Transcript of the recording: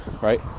right